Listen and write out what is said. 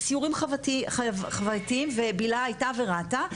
זה סיורים חווייתיים ובלהה הייתה וראתה,